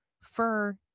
fur